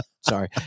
Sorry